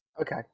Okay